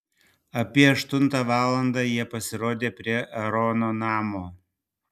apie aštuntą valandą jie pasirodė prie aarono namo